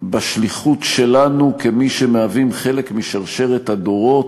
בשליחות שלנו, כמי שמהווים חלק משרשרת הדורות